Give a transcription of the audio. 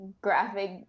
graphic